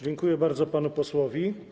Dziękuję bardzo panu posłowi.